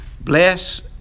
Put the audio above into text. bless